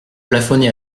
plafonnées